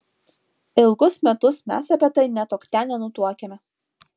ilgus metus mes apie tai nė tuokte nenutuokėme